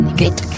get